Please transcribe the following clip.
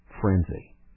Frenzy